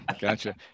gotcha